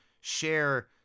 share